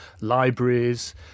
libraries